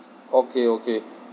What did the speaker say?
okay okay